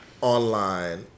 online